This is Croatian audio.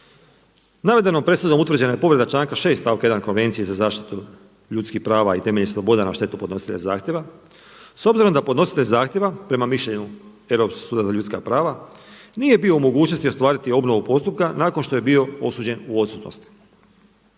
Navedenom presudom utvrđena je povreda članka 6. stavka 1. . Konvencije za zaštitu ljudskih prava i temeljnih sloboda na štetu podnositelja zahtjeva s obzirom da podnositelj zahtjeva prema mišljenju Europskog suda za ljudska prava nije bio u mogućnosti ostvariti obnovu postupka nakon što je bio osuđen u odsutnosti.